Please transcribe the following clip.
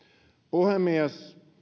puhemies